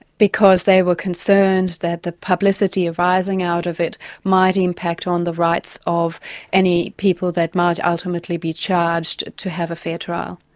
because they were concerned that the publicity arising out of it might impact on the rights of any people that might ultimately be charged, to have a fair trial.